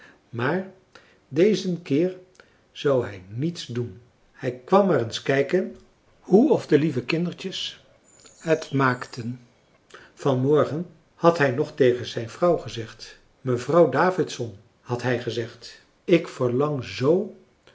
maar dezen keer zou hij niets doen hij kwam maar eens kijken hoe of de lieve kindertjes het maakten vanfrançois haverschmidt familie en kennissen morgen had hij nog tegen zijn vrouw gezegd mevrouw davidson had hij gezegd ik verlang zoo